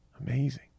amazing